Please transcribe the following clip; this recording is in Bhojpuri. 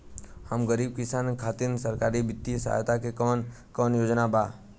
हम गरीब किसान खातिर सरकारी बितिय सहायता के कवन कवन योजना बा?